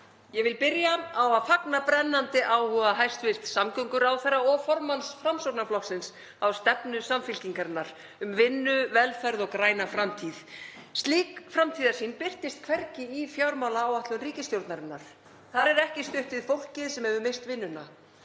Ég vil byrja á að fagna brennandi áhuga hæstv. samgönguráðherra og formanns Framsóknarflokksins á stefnu Samfylkingarinnar um vinnu, velferð og græna framtíð. Slík framtíðarsýn birtist hvergi í fjármálaáætlun ríkisstjórnarinnar. Þar er ekki stutt við fólkið sem hefur misst vinnuna.